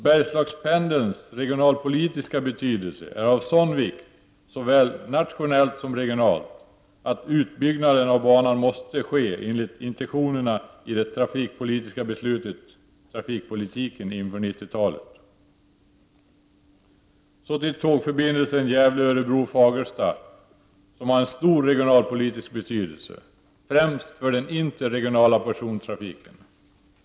Bergslagspendelns regionalpolitiska betydelse är av sådan vikt, såväl nationellt som regionalt, att utbyggnaden av banan måste ske enligt intentionerna i det trafikpolitiska beslutet om trafikpolitiken inför 90-talet. Så till tågförbindelsen Gävle-Örebro— Fagersta som har stor regionalpolitisk betydelse, främst för den interregionala persontrafiken.